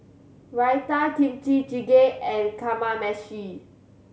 Raita Kimchi Jjigae and Kamameshi